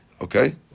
okay